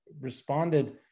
responded